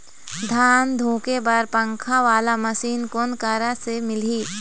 धान धुके बर पंखा वाला मशीन कोन करा से मिलही?